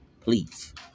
please